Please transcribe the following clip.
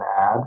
add